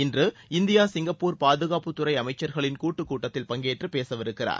இன்று India Singapore பாதுகாப்புத்துறை அமைச்சர்களின் கூட்டுக் கூட்டத்தில் பங்கேற்று பேசவிருக்கிறார்